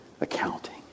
accounting